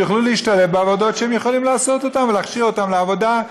שיוכלו להשתלב בעבודות שהם יכולים לעשות ולהכשיר אותם לעבודה.